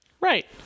Right